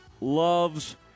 loves